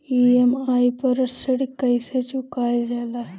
EMI पर ऋण कईसे चुकाईल जाला?